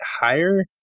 higher